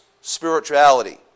spirituality